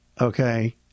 Okay